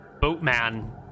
boatman